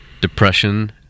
depression